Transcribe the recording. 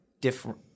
different